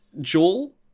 Joel